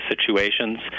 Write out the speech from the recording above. situations